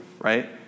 right